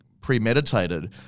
premeditated